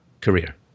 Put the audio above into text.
career